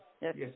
Yes